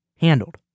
handled